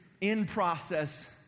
in-process